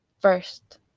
First